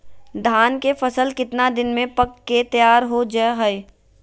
धान के फसल कितना दिन में पक के तैयार हो जा हाय?